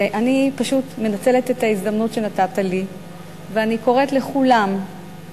ואני פשוט מנצלת את ההזדמנות שנתת לי ואני קוראת לכולם,